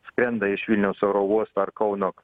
skrenda iš vilniaus oro uosto ar kauno